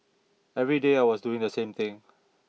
every day I was doing the same thing